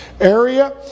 area